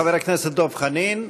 חבר הכנסת דב חנין.